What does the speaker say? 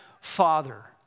father